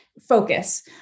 focus